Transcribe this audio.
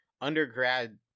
undergrad